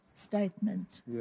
statement